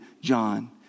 John